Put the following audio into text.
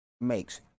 makes